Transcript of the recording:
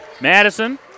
Madison